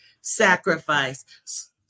sacrifice